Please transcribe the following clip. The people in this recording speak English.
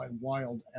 wild